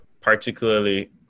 particularly